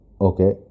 okay